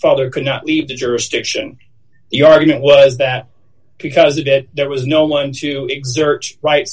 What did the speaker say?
father could not leave the jurisdiction your argument was that because it it there was no one to exert right